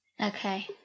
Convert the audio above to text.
Okay